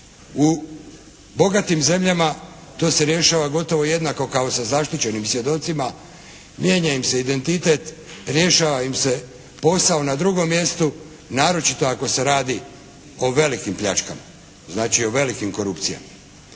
U bogatim zemljama to se rješava gotovo jednako kao sa zaštićenim svjedocima. Mijenja im se identitet. Rješava im se posao na drugom mjestu naročito ako se radi o velikim pljačkama. Znači, o velikim korupcijama.